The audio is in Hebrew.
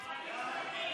אופוזיציה, בעד.